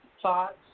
Thoughts